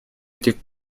этих